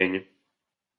deň